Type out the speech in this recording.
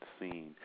seen